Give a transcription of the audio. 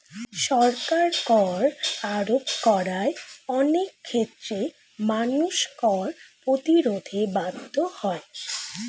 সরকার কর আরোপ করায় অনেক ক্ষেত্রে মানুষ কর প্রতিরোধে বাধ্য হয়